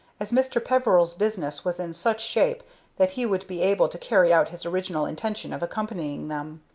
as mr. peveril's business was in such shape that he would be able to carry out his original intention of accompanying them.